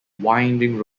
winding